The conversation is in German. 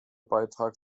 beitrag